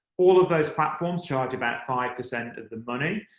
all of those platforms charge about five percent of the money,